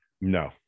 No